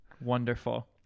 Wonderful